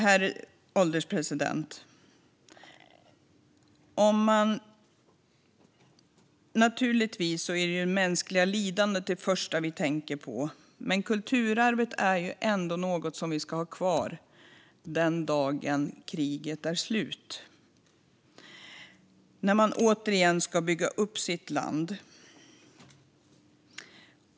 Herr ålderspresident! Naturligtvis är det mänskliga lidandet det första vi tänker på. Men kulturarvet är ändå något som vi ska ha kvar den dag när kriget är slut och man återigen ska bygga upp sitt land.